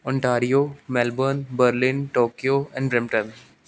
Ontario Melbourne Berlin Tokyo and Brampton